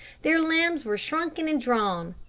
their limbs were shrunken and drawn.